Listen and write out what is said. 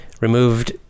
Removed